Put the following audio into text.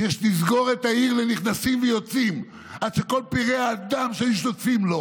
שיש לסגור את העיר לנכנסים ויוצאים עד שכל פראי האדם שהיו שותפים לו